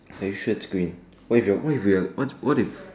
are you sure is green what if your what if what what if